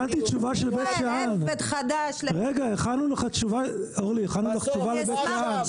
אורלי, הכנו לך תשובה לבית שאן.